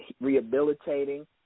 rehabilitating